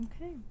Okay